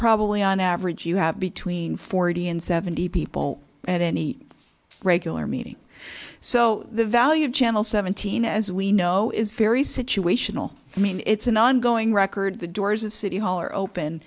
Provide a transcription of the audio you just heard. probably on average you have between forty and seventy people at any regular meeting so the value of channel seventeen as we know is very situational i mean it's an ongoing record the doors of city hall are open